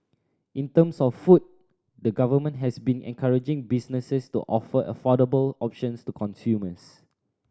in terms of food the Government has been encouraging businesses to offer affordable options to consumers